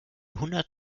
hundert